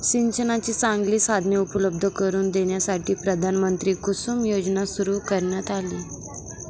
सिंचनाची चांगली साधने उपलब्ध करून देण्यासाठी प्रधानमंत्री कुसुम योजना सुरू करण्यात आली